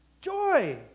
Joy